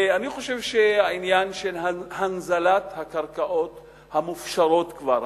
אני חושב שהעניין של הנזלת הקרקעות המופשרות כבר,